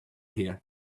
here